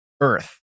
Earth